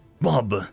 Bob